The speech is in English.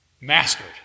mastered